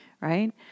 right